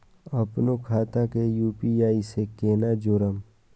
अपनो खाता के यू.पी.आई से केना जोरम?